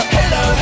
Hello